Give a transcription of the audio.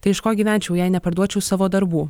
tai iš ko gyvenčiau jei neparduočiau savo darbų